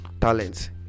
talents